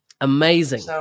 Amazing